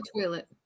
toilet